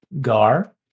Gar